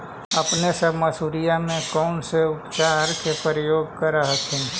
अपने सब मसुरिया मे कौन से उपचार के प्रयोग कर हखिन?